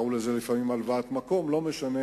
לפעמים קראו לזה הלוואת מקום, לא משנה,